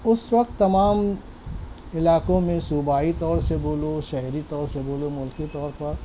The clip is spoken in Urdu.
اس وقت تمام علاقوں میں صوبائی طور سے بولو شہری طور سے بولو ملکی طور پر